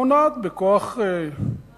מונעת בכוח שרירות.